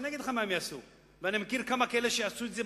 אני אגיד לך מה הם יעשו ואני מכיר כמה כאלה שיעשו את זה,